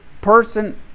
Person